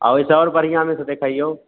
आ ओहिसँ आओर बढ़िआँमे देखैयौ